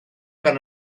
gan